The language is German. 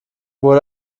wurde